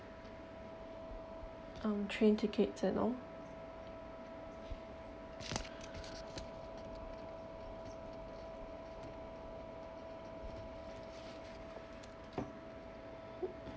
um train tickets and all